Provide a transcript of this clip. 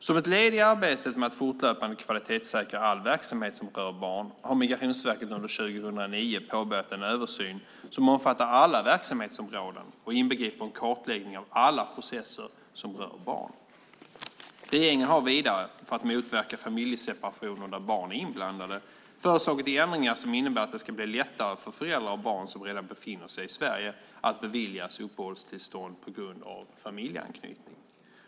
Som ett led i arbetet med att fortlöpande kvalitetssäkra all verksamhet som rör barn har Migrationsverket under 2009 påbörjat en översyn som omfattar alla verksamhetsområden och inbegriper en kartläggning av alla processer som rör barn. Regeringen har vidare, för att motverka familjeseparationer där barn är inblandade, föreslagit ändringar som innebär att det ska bli lättare för föräldrar och barn som redan befinner sig i Sverige att beviljas uppehållstillstånd på grund av familjeanknytning.